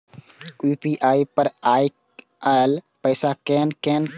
UPI पर आएल पैसा कै कैन?